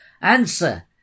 answer